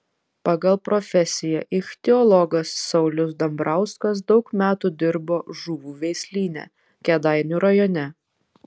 pagal profesiją ichtiologas saulius dambrauskas daug metų dirbo žuvų veislyne kėdainių rajone